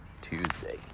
Tuesday